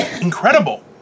incredible